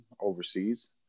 overseas